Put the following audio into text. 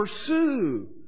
pursue